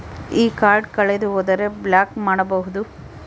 ಈ ಕಾರ್ಡ್ ಕಳೆದು ಹೋದರೆ ಬ್ಲಾಕ್ ಮಾಡಬಹುದು?